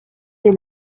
des